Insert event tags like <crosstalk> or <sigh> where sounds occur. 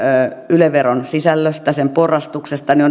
yle veron sisällöstä ja sen porrastuksesta niin <unintelligible>